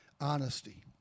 honesty